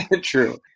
True